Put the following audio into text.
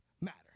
matter